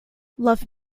love